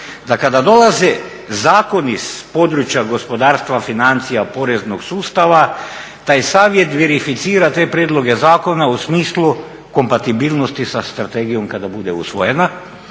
da kada dolaze zakoni s područja gospodarstva, financija, poreznog sustava, taj savjet verificira te prijedloge zakona u smislu kompatibilnosti sa strategijom kada bude usvojena